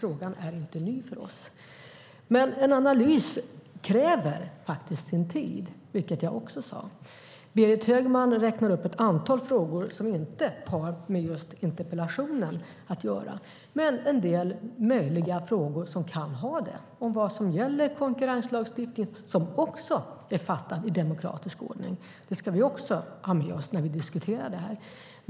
Frågan är därför inte ny för oss. Men en analys kräver faktiskt sin tid, vilket jag också sade. Berit Högman räknade upp ett antal frågor som inte har med just interpellationen att göra. Men det är möjligt att en del av frågorna kan ha det om vad som gäller konkurrenslagstiftningen, som det också har fattats beslut om i demokratisk ordning. Det ska vi också ha med oss när vi diskuterar detta.